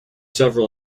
several